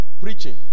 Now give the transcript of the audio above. preaching